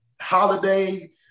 holiday